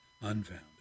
unfounded